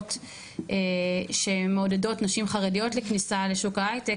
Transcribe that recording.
משרות שמעודדות נשים חרדיות לכניסה לשוק ההייטק,